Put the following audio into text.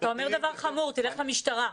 אתה אומר דבר חמור, תלך למשטרה.